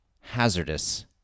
hazardous